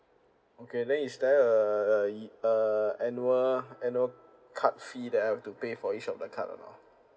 okay then is there a ye~ a annual annual card fee that I have to pay for each of the card or not